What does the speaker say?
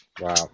Wow